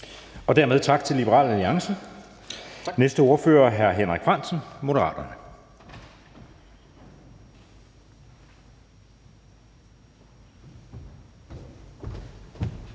Dermed tak til Liberal Alliance. Næste ordfører er hr. Henrik Frandsen, Moderaterne.